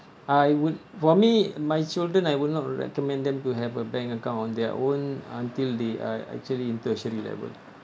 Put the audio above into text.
I would for me my children I would not recommend them to have a bank account on their own until they are actually in tertiary level